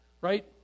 Right